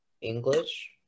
English